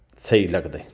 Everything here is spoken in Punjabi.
ਸਹੀ ਲੱਗਦਾ